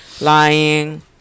Lying